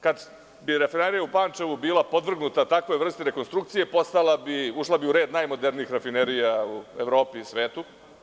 Kada bi rafinerija u Pančevu bila podvrgnuta takvoj vrsti rekonstrukcije ušla bi u red najmodernijih rafinerija u Evropi i svetu.